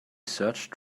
search